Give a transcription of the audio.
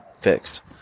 fixed